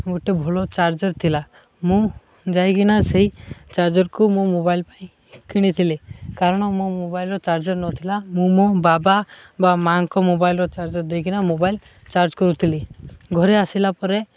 ଗୋଟେ ଭଲ ଚାର୍ଜର୍ ଥିଲା ମୁଁ ଯାଇକିନା ସେଇ ଚାର୍ଜର୍କୁ ମୋ ମୋବାଇଲ କିଣିଥିଲି କାରଣ ମୋ ମୋବାଇଲର ଚାର୍ଜର୍ ନଥିଲା ମୁଁ ମୋ ବାବା ବା ମାଆଙ୍କ ମୋବାଇଲର ଚାର୍ଜର୍ ଦେଇକିନା ମୋବାଇଲ ଚାର୍ଜ କରୁଥିଲି ଘରେ ଆସିଲା ପରେ